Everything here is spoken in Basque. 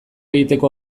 egiteko